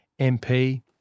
MP